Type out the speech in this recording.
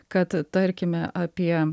kad tarkime apie